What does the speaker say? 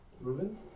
Reuben